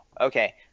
Okay